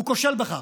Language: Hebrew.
הוא כושל בכך,